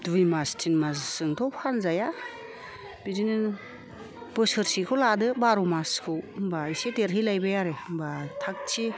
दुइ मास थिन मास जोंथ' फानजाया बिदिनो बोसोरसेखौ लादो बार'मासखौ होनबा एसे देरहैलायबाय आरो होनबा थाखथिख